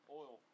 oil